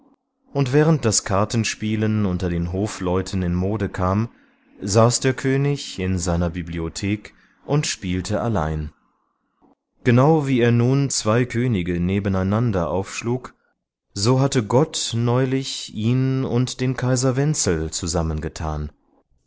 und während das kartenspielen unter den hofleuten in mode kam saß der könig in seiner bibliothek und spielte allein genau wie er nun zwei könige nebeneinander aufschlug so hatte gott neulich ihn und den kaiser wenzel zusammengetan